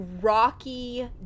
rocky